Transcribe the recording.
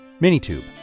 Minitube